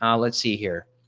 um let's see here.